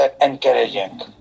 encouraging